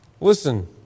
Listen